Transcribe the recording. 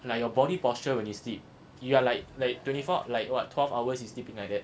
like your body posture when you sleep you are like like twenty four like what twelve hours you sleeping like that